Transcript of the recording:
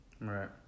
Right